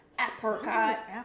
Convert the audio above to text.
apricot